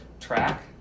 track